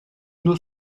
nur